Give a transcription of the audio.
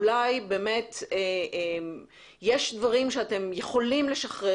אולי באמת יש דברים שאתם יכולים לשחרר